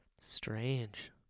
Strange